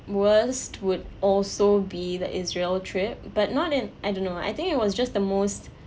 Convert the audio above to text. worst would also be the israel trip but not in I don't know I think it was just the most